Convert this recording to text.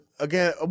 Again